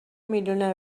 میلیونر